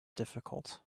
difficult